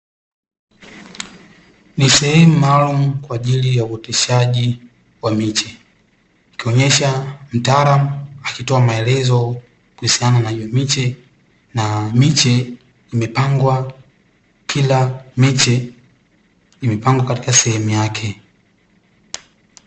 Ni sehemu maalumu kwa ajili ya uoteshaji wa miche ikionyesha mtaalamu akitoa maelezo kuhusiana na hiyo miche. Na miche imepangwa, kila mche umepangwa katika sehemu yake.